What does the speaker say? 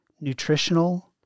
nutritional